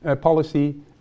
policy